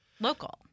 local